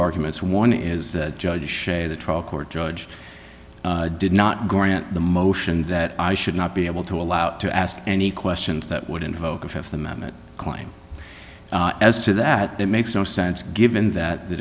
arguments one is that judge the trial court judge did not grant the motion that i should not be able to allow to ask any questions that would invoke a th amendment claim as to that it makes no sense given that the